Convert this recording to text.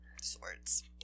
swords